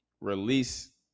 release